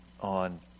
on